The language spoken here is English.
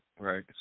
right